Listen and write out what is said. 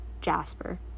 Jasper